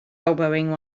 elbowing